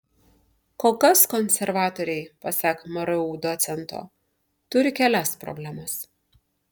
kol kas konservatoriai pasak mru docento turi kelias problemas